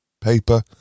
paper